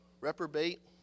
reprobate